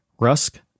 Rusk